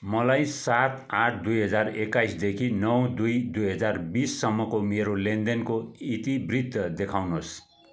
मलाई सात आठ दुई हजार एक्काइसदेखि नौ दुई दुई हजार बिससम्मको मेरो लेनदेनको इतिवृत्त देखाउनुहोस्